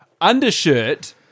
undershirt